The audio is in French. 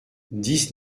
dix